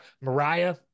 Mariah